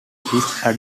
his